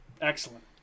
Excellent